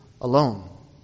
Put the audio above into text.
alone